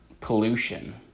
pollution